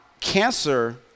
cancer